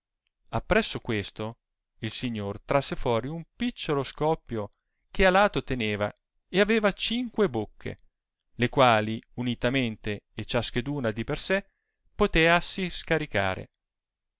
volevano appresso questo il signor trasse fuori un picciolo scoppio che a lato teneva e avea cinque bocche le quali unitamente e ciascaduna di per sé poteassi scaricare